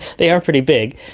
they are pretty big.